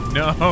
no